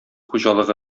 хуҗалыгы